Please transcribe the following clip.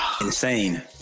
insane